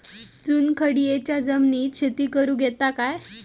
चुनखडीयेच्या जमिनीत शेती करुक येता काय?